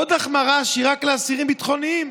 עוד החמרה שהיא רק לאסירים ביטחוניים,